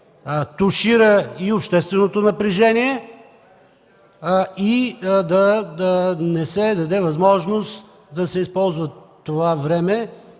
тушира и общественото напрежение, и да не се даде възможност да се използва това време,